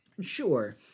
Sure